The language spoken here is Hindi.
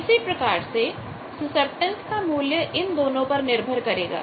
इसी प्रकार से सुसेप्टटेन्स का मूल्य इन दोनों पर निर्भर करेगा